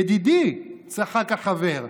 ידידי, צחק החבר,